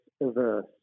averse